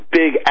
big